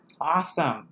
awesome